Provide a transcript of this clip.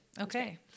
Okay